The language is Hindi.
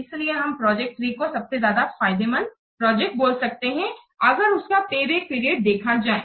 इसलिए हम प्रोजेक्ट 3 को सबसे ज्यादा फ़ायदेमंद प्रोजेक्ट बोल सकते हैं अगर उसका पेबैक पीरियड देखा जाए